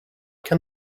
can